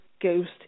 ghost